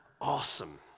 Awesome